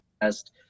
best